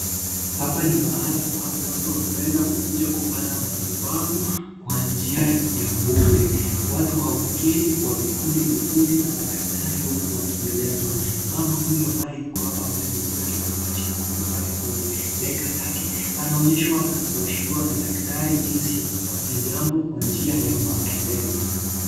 Hapa ni mahali ambapo watu wameweza kukuja kupata matibabu kwa njia ya bure. Watu wameketi kwa vikundi vikundi na madaktari huku wakielezwa. Mama huyo ambaye yuko hapa mbele amebeba kitambaa chekundu pale kwenye bega lake. Anaonyeshwa na kuashiriwa na daktari jinsi ya kufanya jambo njia ya maelezo.